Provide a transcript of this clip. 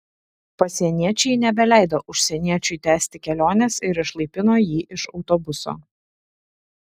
pasieniečiai nebeleido užsieniečiui tęsti kelionės ir išlaipino jį iš autobuso